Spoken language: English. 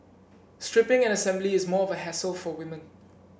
stripping and assembly is more of a hassle for women